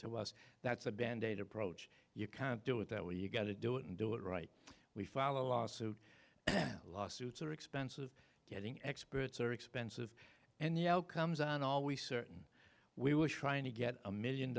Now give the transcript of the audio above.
to us that's a band aid approach you can't do it that way you got to do it and do it right we follow a lawsuit lawsuits are expensive getting experts are expensive and the outcomes on always certain we wish trying to get a million